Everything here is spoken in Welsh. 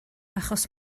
achos